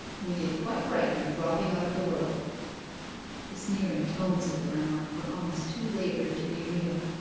we did quite right in dropping out of the world the sneering tones of the remark were almost too laboured to be real.